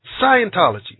Scientology